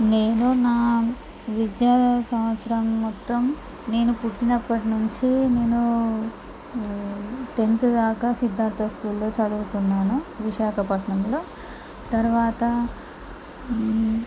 నేను నా విద్యా సంవత్సరం మొత్తం నేను పుట్టినప్పటి నుంచి నేను టెన్త్ దాకా సిద్ధార్దా స్కూల్లో చదువుకున్నాను విశాఖపట్టణంలో తరువాత